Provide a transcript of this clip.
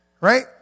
right